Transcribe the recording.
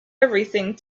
everything